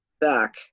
back